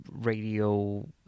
radio